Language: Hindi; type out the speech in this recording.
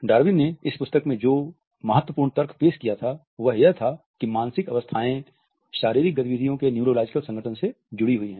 डार्विन ने इस पुस्तक में जो महत्वपूर्ण तर्क पेश किया था वह यह था कि मानसिक अवस्थाएँ शारीरिक गतिविधियों के न्यूरोलॉजिकल संगठन से जुड़ी हैं